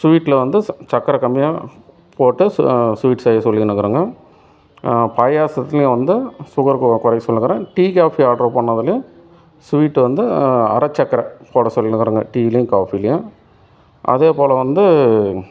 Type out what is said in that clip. ஸ்வீட்யில் வந்து சக்கரை கம்மியாக போட்டு ஸ்வீட் செய்ய சொல்லின்னுக்குறேங்க பாயாசத்துலையும் வந்து சுகர் குறைக்க சொல்லின்னுக்குறேன் டீ காஃபி ஆர்டர் பண்ணதுலையும் ஸ்வீட் வந்து அரை சக்கரை போட சொல்லின்னுக்குறேங்க டீலையும் காஃபிலையும் அதே போல வந்து